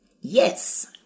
Yes